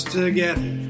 together